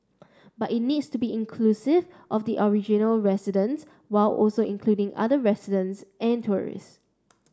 but it needs to be inclusive of the original residents while also including other residents and tourists